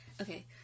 Okay